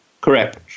Correct